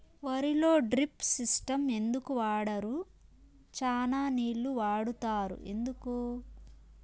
వరిలో drip system ఎందుకు వాడరు? చానా నీళ్లు వాడుతారు ఎందుకు?